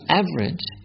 average